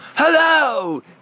Hello